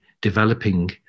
developing